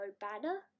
banner